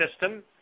system